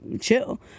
chill